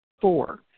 Four